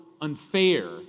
unfair